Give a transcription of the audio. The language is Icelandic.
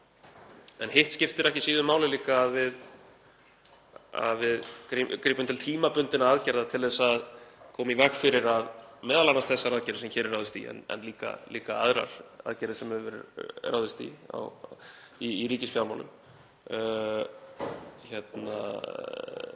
En hitt skiptir ekki síður máli líka að við gripum til tímabundinna aðgerða til að koma í veg fyrir að m.a. þessar aðgerðir sem hér er ráðist í, en líka aðrar aðgerðir sem er ráðist í í ríkisfjármálum, ýti